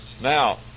Now